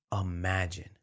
imagine